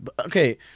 Okay